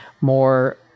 more –